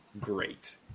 great